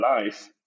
life